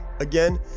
Again